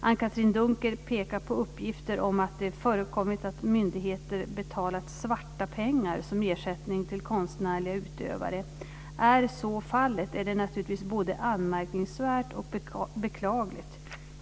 Anne-Katrine Dunker pekar på uppgifter om att det förekommit att myndigheter betalat svarta pengar som ersättning till konstnärliga utövare. Är så fallet, är det naturligtvis både anmärkningsvärt och beklagligt.